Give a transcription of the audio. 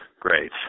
great